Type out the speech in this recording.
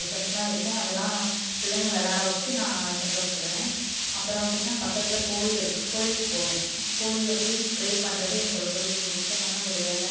ஐட்டம்ஸ்லாம் இருக்கும் அதெல்லாம் பிள்ளைங்க விள்ளாட வச்சு நான் சந்தோசப்படுவேன் அப்புறம் பார்த்திங்ன்னா பக்கத்தில் கோவில் இருக்கு கோவிலுக்கு போவேன் கோவிலில் போய் ப்ரே பண்ணுறது எனக்கு ரொம்பவே பிடிச்சமான ஒரு வேலை